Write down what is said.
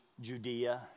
Judea